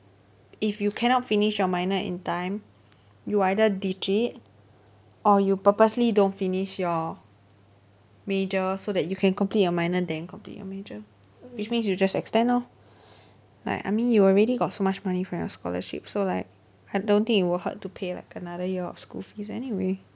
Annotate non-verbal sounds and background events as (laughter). if you cannot finish your minor in time you either ditch it or you purposely don't finish your major so that you can complete your minor then complete your major which means you just extend orh (breath) like I mean you already got so much money from your scholarship so like I don't think it will hurt to pay like another year of school fees anyway